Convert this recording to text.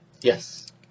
Yes